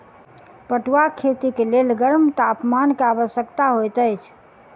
पटुआक खेती के लेल गर्म तापमान के आवश्यकता होइत अछि